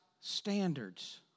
standards